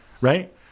right